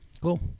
Cool